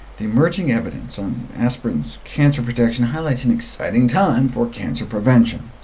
the emerging evidence on aspirin's cancer protection highlights an exciting time for cancer prevention.